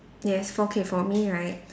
yes for K for me right